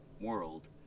world